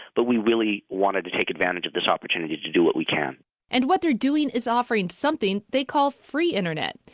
but we really wanted to take advantage of this opportunity to do what we can and what they're doing is offering something they call free internet.